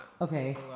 okay